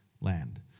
land